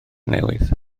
newydd